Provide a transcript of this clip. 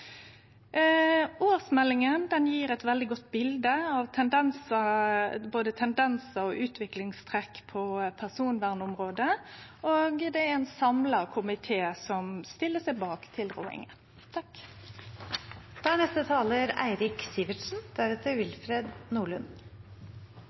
eit veldig godt bilde av både tendensar og utviklingstrekk på personvernområdet. Det er ein samla komité som stiller seg bak tilrådinga. La meg starte med å si takk til